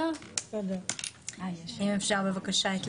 בבקשה.